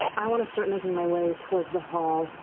i want to start making my way towards the hall,